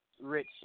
rich –